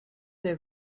they